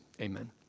Amen